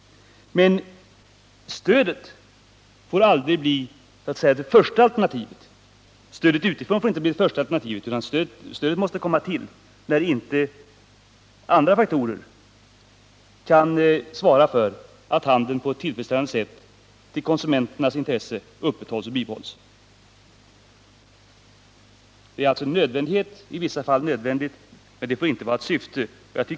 Men stödet utifrån får aldrig bli det första alternativet, utan stödet skall komma till när andra faktorer inte kan svara för att handeln på ett tillfredsställande sätt i konsumenternas intresse upprätthålls och bibehålls. Stödet utifrån är alltså i vissa fall en nödvändighet, men det får inte vara ett syfte.